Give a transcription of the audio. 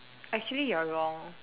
actually you're wrong